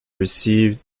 received